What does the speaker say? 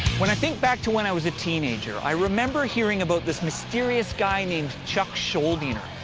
when i think back to when i was a teenager, i remember hearing about this mysterious guy named chuck schuldiner,